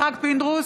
יצחק פינדרוס,